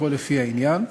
הכול לפי העניין.